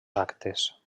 actes